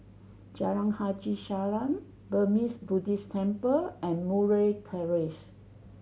Jalan Haji Salam Burmese Buddhist Temple and Murray Terrace